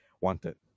wanted